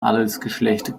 adelsgeschlecht